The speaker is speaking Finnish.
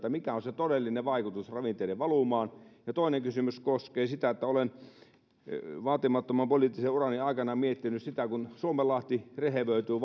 mikä on se todellinen vaikutus ravinteiden valumaan niillä alueilla missä tätä kipsiä käytetään toinen kysymys koskee sitä olen vaatimattoman poliittisen urani aikana miettinyt sitä miten valtavasti suomenlahti rehevöityy